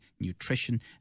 nutrition